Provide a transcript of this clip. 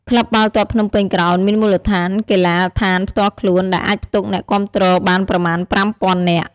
ក្លឹបបាល់ទាត់ភ្នំពេញក្រោនមានមូលដ្ឋានកីឡដ្ឋានផ្ទាល់ខ្លួន ដែលអាចផ្ទុកអ្នកគាំទ្របានប្រមាណ ៥,០០០ នាក់។